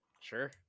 Sure